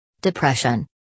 Depression